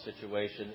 situation